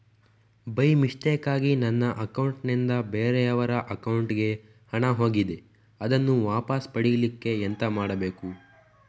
By ಮಿಸ್ಟೇಕಾಗಿ ನನ್ನ account ನಿಂದ ಬೇರೆಯವರ ಅಕೌಂಟ್ ಗೆ ಹಣ ಹೋಗಿದೆ ಅದನ್ನು ವಾಪಸ್ ಪಡಿಲಿಕ್ಕೆ ಎಂತ ಮಾಡಬೇಕು?